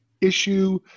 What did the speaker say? issue